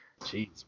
Jeez